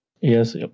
Yes